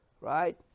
right